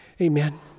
amen